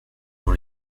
dans